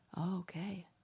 okay